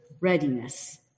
readiness